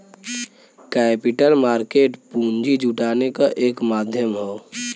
capital market पूंजी जुटाने क एक माध्यम हौ